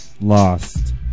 lost